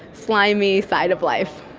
slimy side of life.